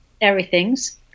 everythings